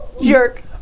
Jerk